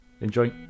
enjoy